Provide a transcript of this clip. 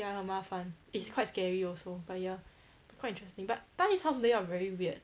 ya 很麻烦 it's quite scary also but ya quite interesting but 大姨 house layout very weird